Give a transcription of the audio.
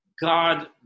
God